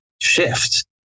shift